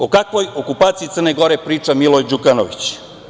O kakvoj okupaciji Crne Gore priča Milo Đukanović?